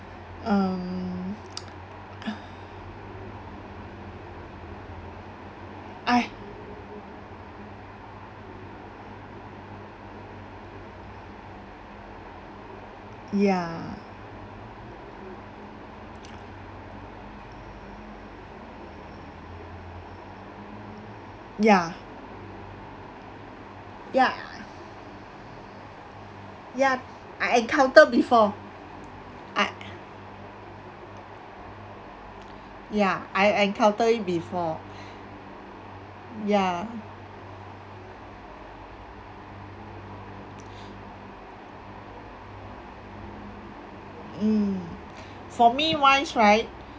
mm I ya ya ya ya I encounter before I ya I encounter it before ya mm for me mine's right